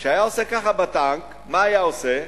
כשהיה עושה ככה בטנק, מה היה עושה?